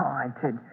Haunted